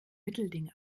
mittelding